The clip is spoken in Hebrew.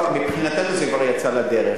מבחינתנו זה כבר יצא לדרך,